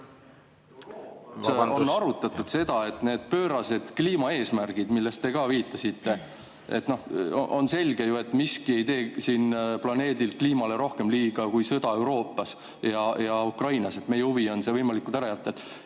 on arutatud seda, et need pöörased kliimaeesmärgid, millele te ise ka viitasite – on ju selge, et miski ei tee siin planeedil kliimale rohkem liiga kui sõda Euroopas ja Ukrainas, meie huvi on see, kui võimalik, ära jätta